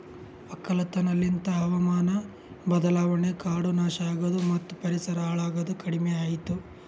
ಒಕ್ಕಲತನ ಲಿಂತ್ ಹಾವಾಮಾನ ಬದಲಾವಣೆ, ಕಾಡು ನಾಶ ಆಗದು ಮತ್ತ ಪರಿಸರ ಹಾಳ್ ಆಗದ್ ಕಡಿಮಿಯಾತು